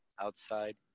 outside